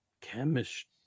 chemistry